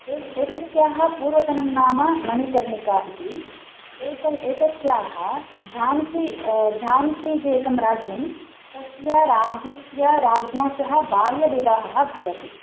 एषः एतस्याः पूर्वतनं नाम मनिकर्णिका इति एते एतस्याः झान्सि झान्सीति एकं राज्यं तस्य राज्यस्य राज्ञा सह बाल्यविवाहः भवति